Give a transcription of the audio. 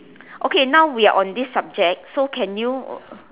okay now we are on this subject so can you